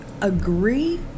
agree